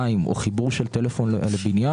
מים או חיבור של טלפון לבניין,